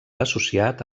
associat